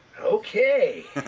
Okay